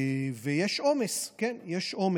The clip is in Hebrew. ויש עומס, כן, יש עומס.